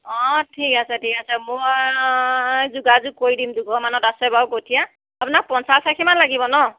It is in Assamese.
অঁ ঠিক আছে ঠিক আছে মই যোগাযোগ কৰি দিম দুঘৰ মানত আছে বাৰু কঠীয়া আপোনাক পঞ্চাছ আশী মান লাগিব ন